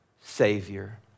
savior